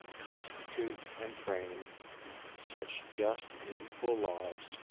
constitute and frame such just and equal laws,